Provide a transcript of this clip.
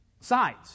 Sides